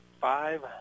five